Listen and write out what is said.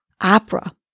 opera